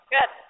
Good